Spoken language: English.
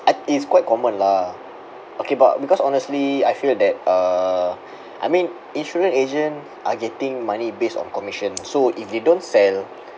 I it's quite common lah okay but because honestly I feel that uh I mean insurance agent are getting money based on commission so if they don't sell